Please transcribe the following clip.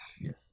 Yes